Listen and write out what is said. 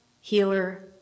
healer